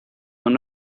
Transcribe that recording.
one